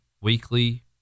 weekly